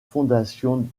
fondation